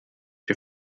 się